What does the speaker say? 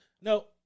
No